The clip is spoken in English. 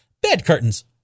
Bed-curtains